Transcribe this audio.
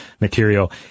material